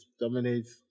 dominates